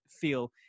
feel